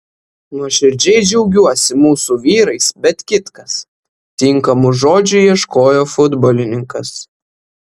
nuoširdžiai džiaugiuosi mūsų vyrais bet kitkas tinkamų žodžių ieškojo futbolininkas